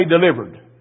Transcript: delivered